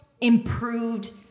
improved